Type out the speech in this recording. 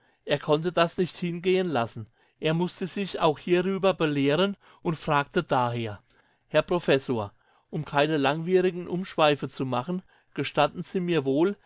er konnte das nicht hingehen lassen er mußte sich auch hierüber belehren und fragte daher herr professor um keine langwierigen umschweife zu machen gestatten sie mir wohl